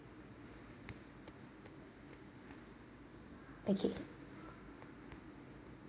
okay